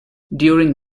during